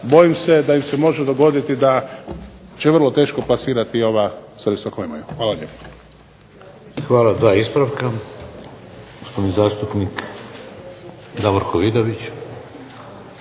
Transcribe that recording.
bojim se da im se može dogoditi da će vrlo teško plasirati ova sredstva koja imaju. Hvala lijepo. **Šeks, Vladimir (HDZ)** Hvala. Dva ispravka. Gospodin zastupnik Davorko Vidović.